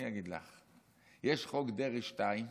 אני אגיד לך: יש חוק דרעי 2,